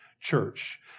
church